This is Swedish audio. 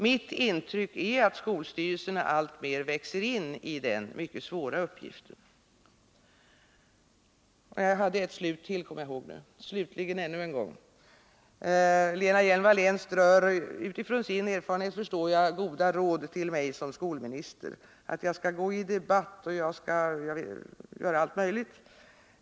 Mitt intryck är att skolstyrelserna alltmer växer in i den mycket svåra uppgiften. Slutligen: Lena Hjelm-Wallén strör — utifrån sin erfarenhet förstår jag — goda råd till mig som skolminister: jag skall gå i debatt och jag skall göra allt möjligt.